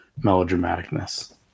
melodramaticness